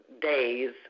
days